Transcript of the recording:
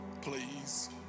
Please